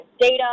data